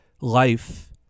life